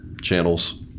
Channels